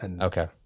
Okay